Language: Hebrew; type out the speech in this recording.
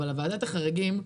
אבל ועדת החריגים,